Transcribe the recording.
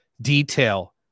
detail